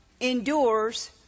endures